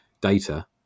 data